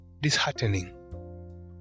disheartening